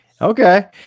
Okay